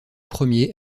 premiers